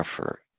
effort